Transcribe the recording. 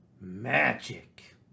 Magic